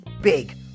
big